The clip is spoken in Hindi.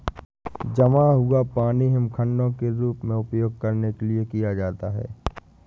जमा हुआ पानी हिमखंडों के रूप में उपयोग करने के लिए किया जाता है